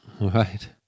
Right